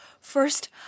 First